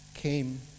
came